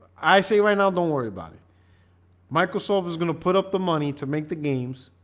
i say right now. don't worry about it microsoft is gonna put up the money to make the games